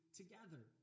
together